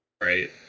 Right